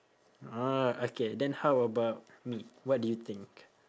oh okay then how about me what do you think